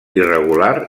irregular